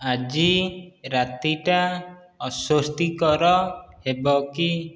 ଆଜି ରାତିଟା ଅସ୍ଵସ୍ତିକର ହେବ କି